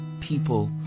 people